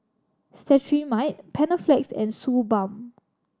Cetrimide Panaflex and Suu Balm